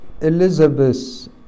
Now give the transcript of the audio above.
Elizabeth